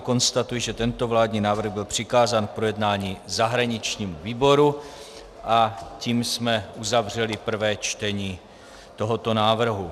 Konstatuji, že tento vládní návrh byl přikázán k projednání zahraničnímu výboru, a tím jsme uzavřeli prvé čtení tohoto návrhu.